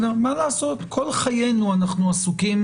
מה לעשות, כל חיינו אנחנו עסוקים